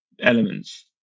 elements